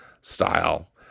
style